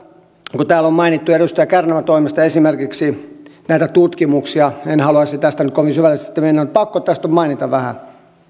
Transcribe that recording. kun kun täällä on mainittu edustaja kärnän toimesta esimerkiksi näitä tutkimuksia en haluaisi tässä nyt kovin syvälle mennä mutta pakko tästä on mainita vähän